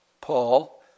Paul